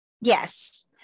Yes